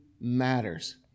matters